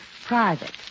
Private